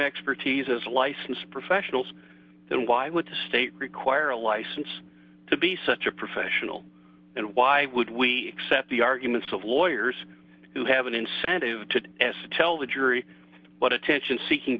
expertise as licensed professionals then why would the state require a license to be such a professional and why would we except the arguments of lawyers who have an incentive to tell the jury what attention seeking